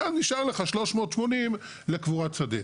ואז נשאר לך 380 לקבורת שדה.